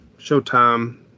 Showtime